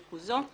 ריכוזו,